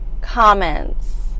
comments